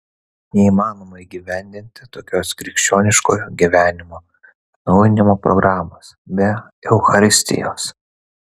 neįmanoma įgyvendinti tokios krikščioniškojo gyvenimo atnaujinimo programos be eucharistijos